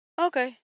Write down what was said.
Okay